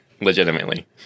legitimately